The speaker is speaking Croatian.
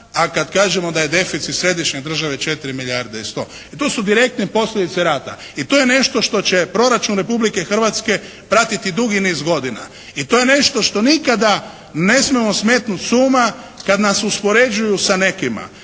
a kada kažemo da je deficit središnje države 4 milijarde i 100 i tu su direktne posljedice rata i to je nešto što će proračun Republike Hrvatske pratiti dugi niz godina i to je nešto što nikada ne smijemo smetnut s uma kada nas uspoređuju sa nekima